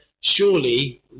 surely